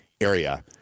area